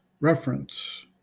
Reference